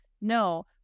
No